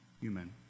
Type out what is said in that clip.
human